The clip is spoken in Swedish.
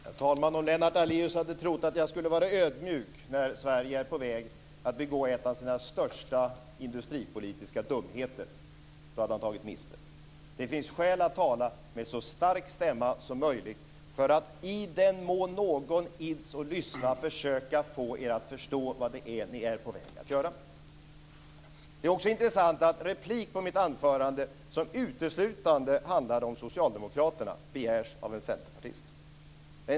Herr talman! Om Lennart Daléus trodde att jag skulle vara ödmjuk när Sverige är på väg att begå en av sina största industripolitiska dumheter har han tagit miste. Det finns skäl att tala med så stark stämma som möjligt för att i den mån någon ids lyssna försöka få er att förstå vad det är ni är på väg att göra! Det är intressant att replik på mitt anförande, som uteslutande handlade om socialdemokraterna, begärs av en centerpartist.